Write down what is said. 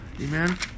Amen